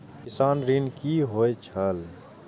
किसान ऋण की होय छल?